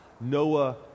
Noah